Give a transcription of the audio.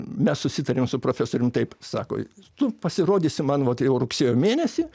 mes susitarėm su profesorium taip sako tu pasirodysi man vat jau rugsėjo mėnesį